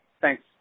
Thanks